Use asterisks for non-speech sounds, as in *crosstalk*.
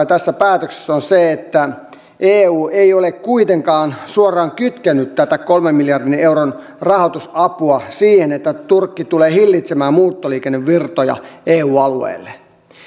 *unintelligible* tässä päätöksessä on on se että eu ei ole kuitenkaan suoraan kytkenyt tätä kolmen miljardin euron rahoitusapua siihen että turkki tulee hillitsemään muuttoliikennevirtoja eu alueelle